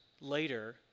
later